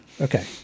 Okay